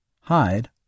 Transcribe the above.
hide